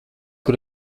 kur